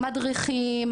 המדרכים,